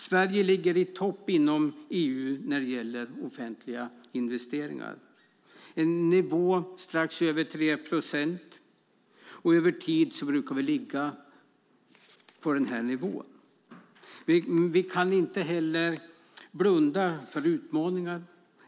Sverige ligger i topp inom EU när det gäller offentliga investeringar. Vi ligger på en nivå strax över 3 procent, och det är en nivå som vi brukar ligga på över tid. Men vi kan inte heller blunda för utmaningar.